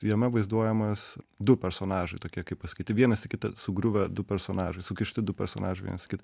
jame vaizduojamas du personažai tokie kaip pasakyti vienas į kitą sugriuvę du personažai sukišti du personažai vienas į kitą